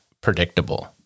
predictable